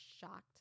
shocked